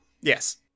Yes